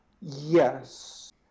Yes